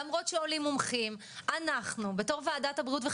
למרות שעולים מומחים - אנו בתור ועדת הבריאות של